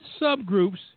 subgroups